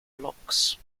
blocks